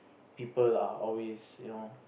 people are always you know